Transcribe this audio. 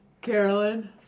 Carolyn